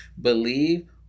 Believe